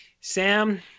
Sam